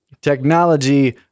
Technology